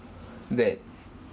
that